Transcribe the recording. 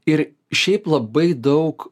ir šiaip labai daug